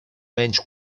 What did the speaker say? menys